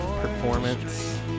Performance